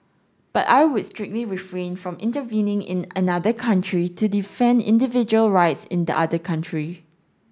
but I would strictly refrain from intervening in another country to defend individual rights in the other country